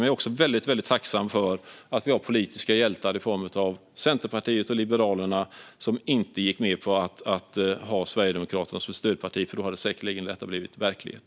Men jag är också väldigt tacksam för att vi har politiska hjältar i form av Centerpartiet och Liberalerna, som inte gick med på att ha Sverigedemokraterna som stödparti. Då hade detta säkerligen blivit verklighet.